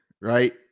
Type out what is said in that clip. right